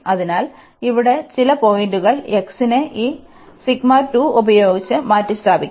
അതിനാൽ ഇവിടെ ചില പോയിന്റുകൾ x നെ ഈ ഉപയോഗിച്ച് മാറ്റിസ്ഥാപിക്കും